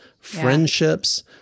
friendships